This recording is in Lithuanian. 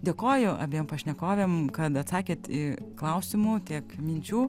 dėkoju abiem pašnekovėm kad atsakėt į klausimų tiek minčių